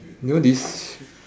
you know this